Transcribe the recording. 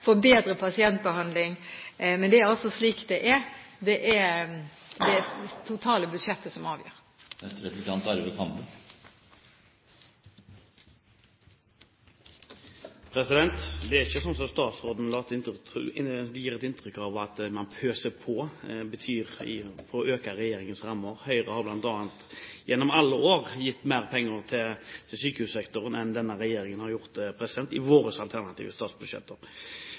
få bedre pasientbehandling. Men det er altså slik det er: Det er det totale budsjettet som avgjør. Det er ikke sånn som statsråden gir et inntrykk av, at man pøser på for å øke regjeringens rammer. Høyre har gjennom alle år i sine alternative statsbudsjetter gitt mer penger til sykehussektoren enn det denne regjeringen har gjort.